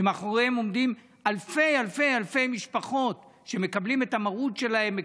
שמאחוריהם עומדות אלפי אלפי אלפי משפחות שמקבלות את המרות שלהם,